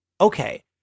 Okay